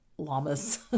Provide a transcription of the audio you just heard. llamas